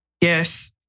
Yes